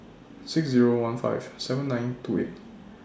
six Zero one five seven nine two eight